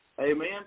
Amen